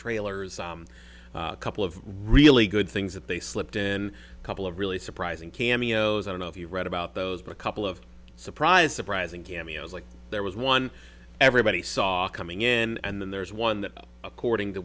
trailers a couple of really good things that they slipped in a couple of really surprising cameos i don't know if you've read about those but couple of surprise surprising cameos like there was one everybody saw coming in and there's one that according to